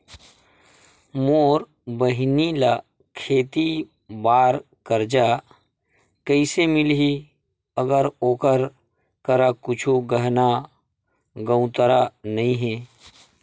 मोर बहिनी ला खेती बार कर्जा कइसे मिलहि, अगर ओकर करा कुछु गहना गउतरा नइ हे?